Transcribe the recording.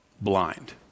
blind